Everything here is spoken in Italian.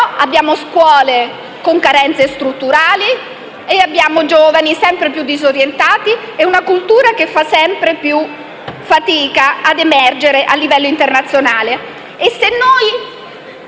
abbiamo scuole con carenze strutturali, giovani sempre più disorientati e una culturale che fa sempre più fatica a emergere a livello internazionale. Cosa